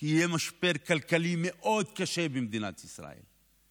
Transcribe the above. כי יהיה משבר כלכלי מאוד קשה במדינת ישראל,